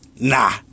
nah